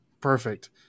Perfect